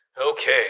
Okay